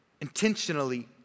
Intentionally